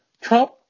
Trump